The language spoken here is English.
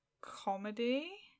comedy